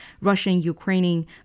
Russian-Ukrainian